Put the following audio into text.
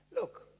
Look